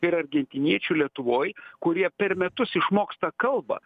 ir argentiniečių lietuvoj kurie per metus išmoksta kalbą